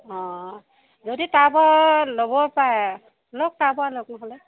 অ যদি তাৰপৰা ল'ব পাৰে লওক তাৰপৰাই লওক নহ'লে